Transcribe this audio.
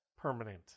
permanent